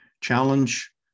challenge